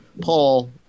Paul